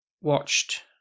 watched